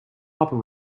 hopper